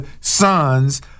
sons